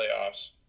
playoffs